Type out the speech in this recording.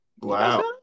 Wow